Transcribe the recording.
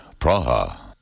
Praha